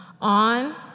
on